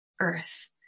earth